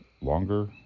longer